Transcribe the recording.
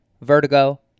vertigo